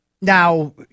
Now